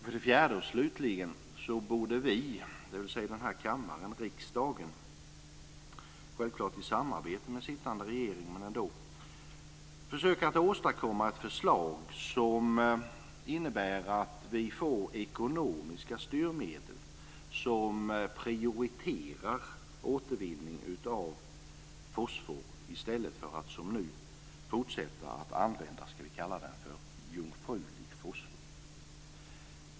För det fjärde borde vi, dvs. kammaren, riksdagen, självklart i samarbete med sittande regering, försöka att åstadkomma ett förslag som innebär att vi får ekonomiska styrmedel som prioriterar återvinning av fosfor, i stället för att som nu fortsätta att använda jungfrulig fosfor.